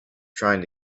trying